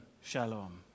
shalom